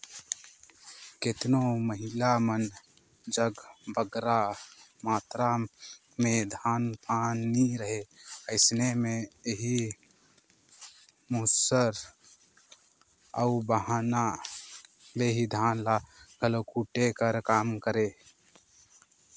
केतनो महिला मन जग बगरा मातरा में धान पान नी रहें अइसे में एही मूसर अउ बहना ले ही धान ल घलो कूटे कर काम करें